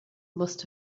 must